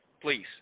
Please